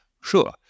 Sure